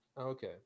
Okay